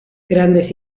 grandes